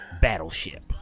battleship